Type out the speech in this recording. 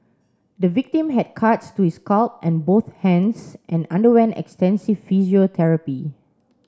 the victim had cuts to his scalp and both hands and underwent extensive physiotherapy